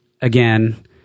again